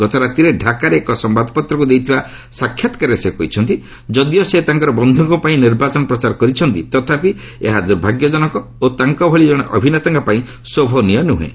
ଗତ ରାତିରେ ଢ଼ାକାରେ ଏକ ସମ୍ଭାଦପତ୍ରକୁ ଦେଇଥିବା ସାକ୍ଷାତ୍କାରରେ ସେ କହିଛନ୍ତି ଯଦିଓ ସେ ତାଙ୍କର ବନ୍ଧୁଙ୍କ ପାଇଁ ନିର୍ବାଚନ ପ୍ରଚାର କରିଛନ୍ତି ତଥାପି ଏହା ଦୁର୍ଭାଗ୍ୟଜନକ ଓ ତାଙ୍କଭଳି ଜଣେ ଅଭିନେତାଙ୍କ ପାଇଁ ଶୋଭନୀୟ ନୁହେଁ